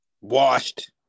Washed